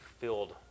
filled